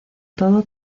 todo